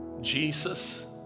Jesus